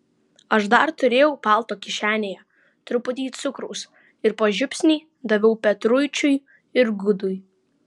aš dar turėjau palto kišenėje truputį cukraus ir po žiupsnį daviau petruičiui ir gudui